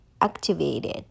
activated